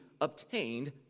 obtained